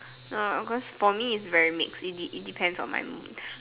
mm of course for me it's very mixed it de~ it depends on my mood